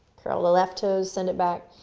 curl the left toes, send it back.